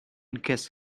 guess